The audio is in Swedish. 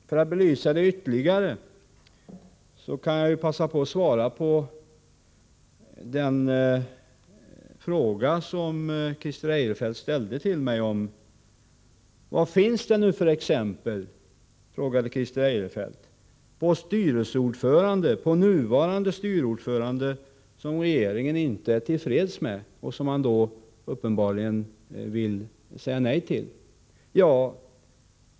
För att belysa det ytterligare kan jag passa på att svara på den fråga som Christer Eirefelt ställde till mig: Vad finns det för exempel på nuvarande styrelseordförande som regeringen inte är tillfreds med och som man vill säga nej till?